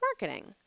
marketing